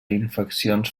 infeccions